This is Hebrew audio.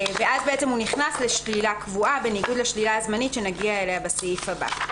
אז הוא נכנס לשלילה קבועה בניגוד לשלילה הזמנית שנגיע אליה בסעיף הבא.